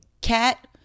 cat